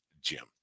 Jim